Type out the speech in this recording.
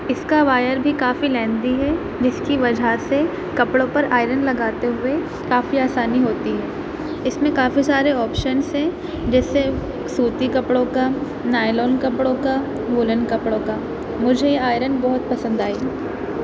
اِس کا وایر بھی کافی لیندی ہے جس کی وجہ سے کپڑوں پر آئرن لگاتے ہوئے کافی آسانی ہوتی ہے اِس میں کافی سارے آپشنس ہیں جس سے سوتی کپڑوں کا نائلون کپڑوں کا وولن کپڑوں کا مجھے یہ آئرن بہت پسند آئی